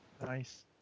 Nice